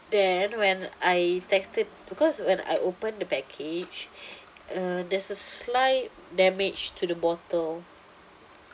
then when I tested because when I open the package uh there's a slight damage to the bottle